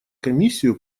комиссию